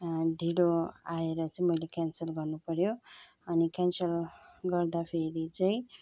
ढिलो आएर चाहिँ मैले क्यानसल गर्नु पर्यो अनि क्यानसल गर्दाखेरि चाहिँ